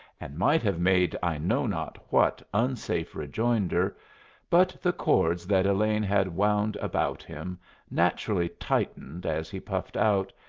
and might have made i know not what unsafe rejoinder but the cords that elaine had wound about him naturally tightened as he puffed out,